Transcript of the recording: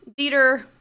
Dieter